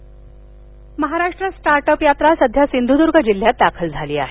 मार्गदर्शन Maharashtra start up यात्रा सध्या सिंधूदुर्ग जिल्ह्यात दाखल झाली आहे